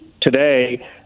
today